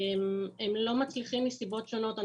הם לא מצליחים מסיבות שונות.